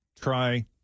try